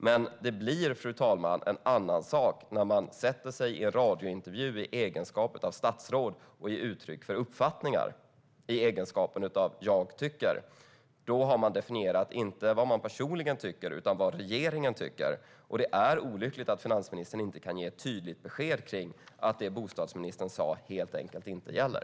Men det blir, fru talman, en annan sak när man i egenskap av statsråd sätter sig i en radiointervju och ger uttryck för vad man tycker. Då har man inte definierat vad man personligen tycker utan vad regeringen tycker. Det är olyckligt att finansministern inte kan ge ett tydligt besked om att det bostadsministern sa helt enkelt inte gäller.